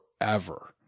Forever